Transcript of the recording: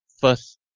first